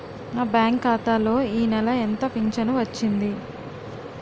నా బ్యాంక్ ఖాతా లో ఈ నెల ఎంత ఫించను వచ్చింది?